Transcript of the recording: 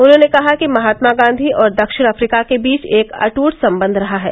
उन्होंने कहा कि महात्मा गांधी और दक्षिण अफ्रीका के बीच एक अट्ट संबंध रहा है